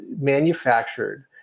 manufactured